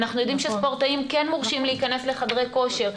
אנחנו יודעים שספורטאים כן מורשים להיכנס לחדרי כושר.